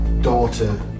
daughter